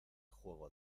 juego